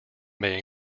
may